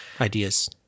ideas